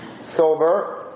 silver